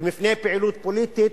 ובפני פעילות פוליטית,